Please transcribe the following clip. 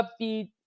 upbeat